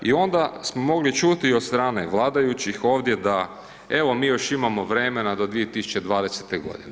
I onda smo mogli čuti od strane vladajućih ovdje da evo mi još imamo vremena do 2020. godine.